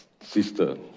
sister